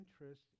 interest